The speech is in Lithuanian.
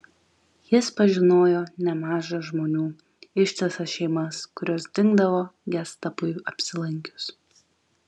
jis pažinojo nemaža žmonių ištisas šeimas kurios dingdavo gestapui apsilankius